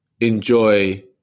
enjoy